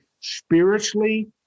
spiritually